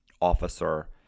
officer